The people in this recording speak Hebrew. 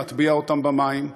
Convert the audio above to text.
להטביע אותם במים?